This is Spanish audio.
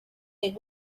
del